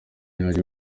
yaje